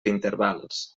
intervals